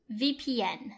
vpn